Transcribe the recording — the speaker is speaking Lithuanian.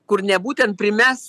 kur ne būtent primes